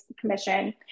Commission